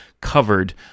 covered